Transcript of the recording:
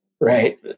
right